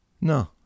No